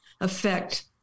affect